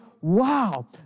wow